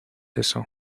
eso